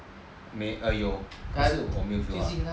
err 有可是我没有 follow 他